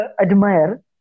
admire